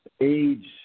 age